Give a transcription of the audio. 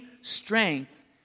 strength